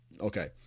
Okay